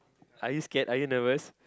are you scared are you nervous